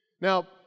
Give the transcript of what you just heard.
Now